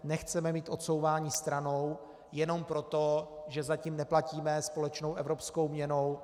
Nechceme mít odsouvání stranou jenom proto, že zatím neplatíme společnou evropskou měnou.